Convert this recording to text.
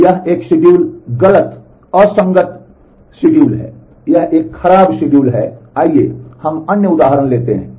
तो यह शेड्यूल एक गलत असंगत शिड्यूल है यह एक खराब शेड्यूल है आइए हम अन्य उदाहरण लेते हैं